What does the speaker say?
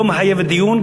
לא מחייבת דיון,